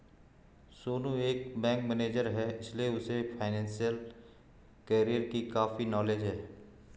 सोनू एक bank manager है इसीलिए उसे फाइनेंशियल कैरियर की काफी नॉलेज है